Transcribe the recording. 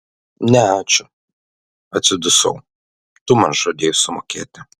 ne ačiū atsidusau tu man žadėjai sumokėti